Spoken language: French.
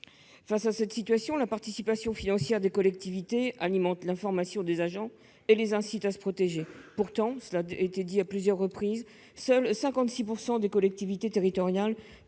Face à cette situation, la participation financière des collectivités alimente l'information des agents et les incite à se protéger. Pourtant, comme cela a été souligné à deux reprises, seulement 56 % des collectivités territoriales